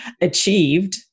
achieved